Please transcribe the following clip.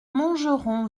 montgeron